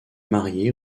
mariée